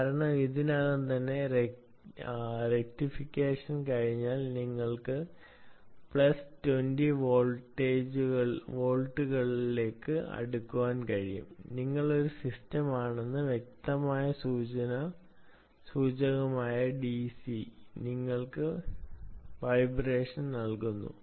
കാരണം ഇതിനകം തന്നെ റെക്ടിഫിക്കേഷൻ കഴിഞ്ഞാൽ ഏകദേശം പ്ലസ് 20 വോൾട്ടു കിട്ടും